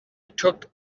took